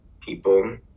people